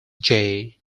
jay